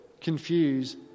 confuse